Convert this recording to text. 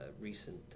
recent